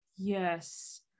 Yes